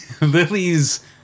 Lily's